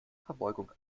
verbeugung